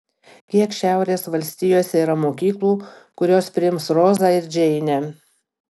kiek šiaurės valstijose yra mokyklų kurios priims rozą ir džeinę